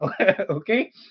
Okay